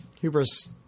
Hubris